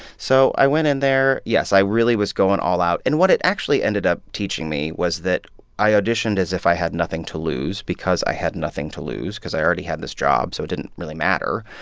so i went in there. there. yes, i really was going all out. and what it actually ended up teaching me was that i auditioned as if i had nothing to lose because i had nothing to lose because i already had this job, so it didn't really matter.